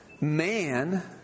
man